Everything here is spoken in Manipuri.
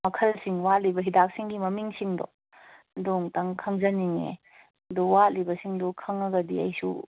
ꯃꯈꯜꯁꯤꯡ ꯋꯥꯠꯂꯤꯕ ꯍꯤꯗꯥꯛꯁꯤꯡꯒꯤ ꯃꯃꯤꯡꯁꯤꯡꯗꯣ ꯑꯗꯨ ꯑꯃꯨꯛꯇꯪ ꯈꯪꯖꯅꯤꯡꯉꯦ ꯑꯗꯣ ꯋꯥꯠꯂꯤꯕꯁꯤꯡꯗꯣ ꯈꯪꯉꯒꯗꯤ ꯑꯩꯁꯨ